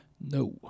No